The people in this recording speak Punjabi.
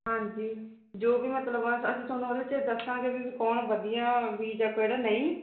ਹਾਂਜੀ ਜੋ ਵੀ ਮਤਲਬ ਅਸੀਂ ਤੁਹਾਨੂੰ ਉਹਦੇ ਚ ਦੱਸਾਂਗੇ ਮੈਨੂੰ ਕੌਣ ਵਧੀਆ ਬੀਜ ਆ ਕਿਹੜਾ ਨਹੀਂ